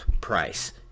price